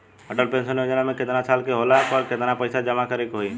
Atal pension योजना मे केतना साल के होला पर केतना पईसा जमा करे के होई?